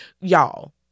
y'all